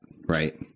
right